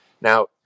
Now